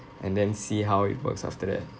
and then see how it works after that